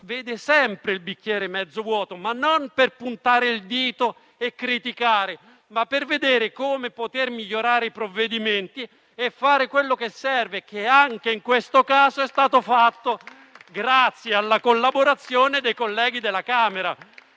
vediamo sempre il bicchiere mezzo vuoto ma non già per puntare il dito e criticare, bensì per cercare di migliorare i provvedimenti e fare quello che serve e che anche in questo caso è stato fatto grazie alla collaborazione dei colleghi della Camera